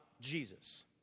Jesus